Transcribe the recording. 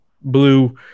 blue